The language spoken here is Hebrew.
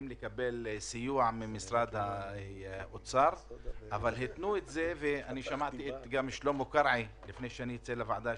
הסיוע שניתן לגנים המפוקחים ממשרד האוצר הוא לא סיוע מספיק.